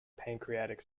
pancreatic